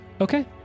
Okay